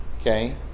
Okay